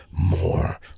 more